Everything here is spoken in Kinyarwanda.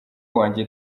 wanjye